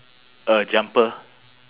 a jumper